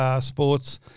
sports